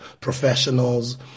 professionals